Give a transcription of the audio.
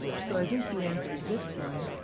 so i think you answered this one.